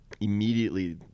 immediately